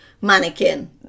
mannequin